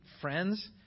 friends